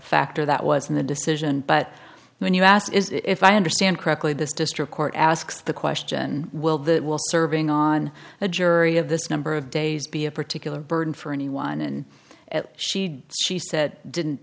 factor that was in the decision but when you asked is if i understand correctly this district court asks the question will that will serving on a jury of this number of days be a particular burden for anyone and at she'd she said didn't